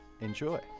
Enjoy